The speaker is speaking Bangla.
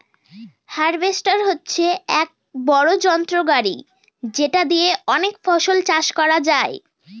হার্ভেস্টর হচ্ছে এক বড়ো যন্ত্র গাড়ি যেটা দিয়ে অনেক ফসল চাষ করা যায়